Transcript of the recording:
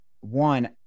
One